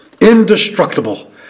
Indestructible